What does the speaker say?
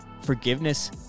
forgiveness